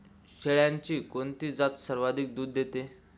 शेळ्यांची कोणती जात सर्वाधिक दूध देते?